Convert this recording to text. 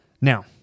Now